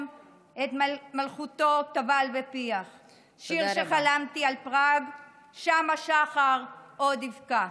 / את מלכותו טבל בפיח // שיר שחלמתי על פראג / שם השחר עוד יבקע".